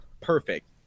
perfect